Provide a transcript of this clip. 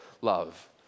love